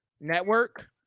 network